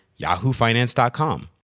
yahoofinance.com